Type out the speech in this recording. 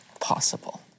possible